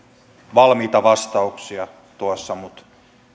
valmiita vastauksia tuossa mutta